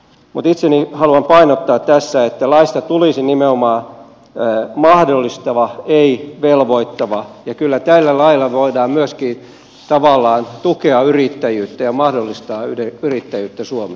mutta itse haluan painottaa tässä että laista tulisi nimenomaan mahdollistava ei velvoittava ja kyllä tällä lailla voidaan myöskin tavallaan tukea yrittäjyyttä ja mahdollistaa yrittäjyyttä suomi